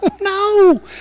no